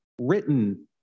written